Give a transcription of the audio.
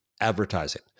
advertising